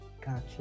Gotcha